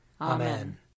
Amen